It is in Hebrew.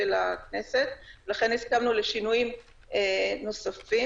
אלה כללים אחרים,